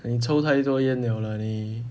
你抽太多烟了啦你